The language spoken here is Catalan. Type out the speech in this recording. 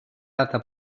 data